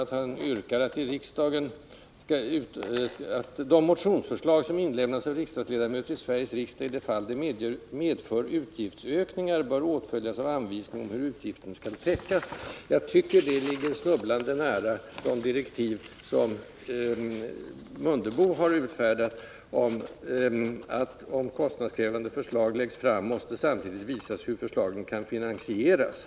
I motionen yrkas att riksdagen uttalar att ”motionsförslag som inlämnas av riksdagsledamöter i Sveriges riksdag i de fall de medför utgiftsökningar bör åtföljas av anvisning om hur utgiften skall täckas”. I Ingemar Mundebos direktiv sägs att ”—-—-— om kostnadskrävande förslag läggs fram måste samtidigt visas hur förslagen kan finansieras ——-".